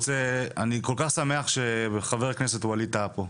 אני כל כך שמח שחבר הכנסת ואליד טאהא פה.